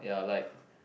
ya like